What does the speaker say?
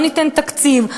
לא ניתן תקציב,